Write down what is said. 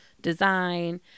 design